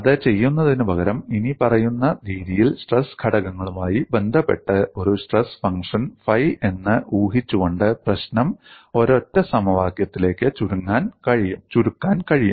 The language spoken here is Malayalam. അത് ചെയ്യുന്നതിനുപകരം ഇനിപ്പറയുന്ന രീതിയിൽ സ്ട്രെസ് ഘടകങ്ങളുമായി ബന്ധപ്പെട്ട ഒരു സ്ട്രെസ് ഫംഗ്ഷൻ ഫൈ എന്ന് ഊഹിച്ചുകൊണ്ട് പ്രശ്നം ഒരൊറ്റ സമവാക്യത്തിലേക്ക് ചുരുക്കാൻ കഴിയും